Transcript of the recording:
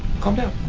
calm down.